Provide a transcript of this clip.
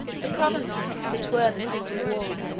the provinces that were the seat of war,